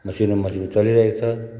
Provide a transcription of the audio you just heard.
मसिनो मसिनो चलिरहेको छ